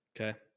Okay